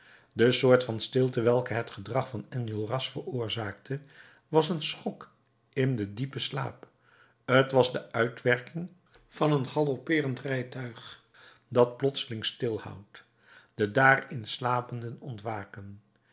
de soort van stilte welke het gedrag van enjolras veroorzaakte was een schok in dien diepen slaap t was de uitwerking van een galoppeerend rijtuig dat plotseling stilhoudt de daarin slapenden ontwaken